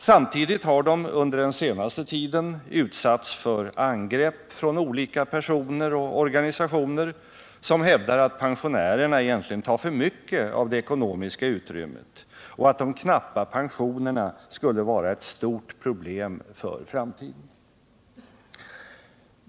Samtidigt har de under den senaste tiden utsatts för angrepp från olika personer och organisationer, som hävdar att pensionärerna egentligen tar för mycket av det ekonomiska utrymmet och att de knappa pensionerna skulle vara ett stort problem för framtiden.